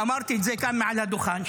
ואמרתי את זה כאן מעל הדוכן,